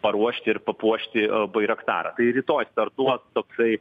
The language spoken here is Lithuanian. paruošti ir papuošti a bairaktarą tai rytoj startuos toksai